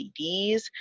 CDs